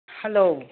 hello